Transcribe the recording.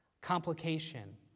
complication